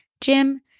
Jim